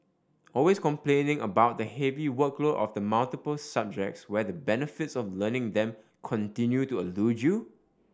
always complaining about the heavy workload of the multiple subjects where the benefits of learning them continue to elude you